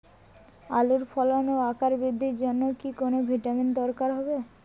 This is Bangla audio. আলুর ফলন ও আকার বৃদ্ধির জন্য কি কোনো ভিটামিন দরকার হবে?